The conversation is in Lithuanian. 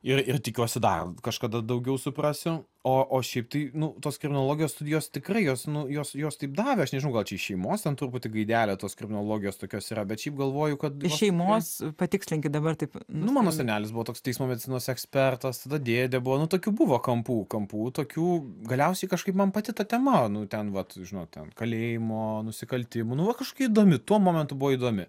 ir ir tikiuosi dar kažkada daugiau suprasiu o šiaip tai nu tos kriminologijos studijos tikrai jos nu jos jos taip davė aš nežinau gal šeimose ten truputi gaidelė tos kriminologijos tokios yra bet šiaip galvoju kad iš šeimos patikslinkit dabar taip nu mano senelis buvo toks teismo medicinos ekspertas tada dėdė buvo nu tokių buvo kampų kampų tokių galiausiai kažkaip man pati ta tema nu ten vat žinot ten kalėjimo nusikaltimų nu va kažkokia įdomi tuo momentu buvo įdomi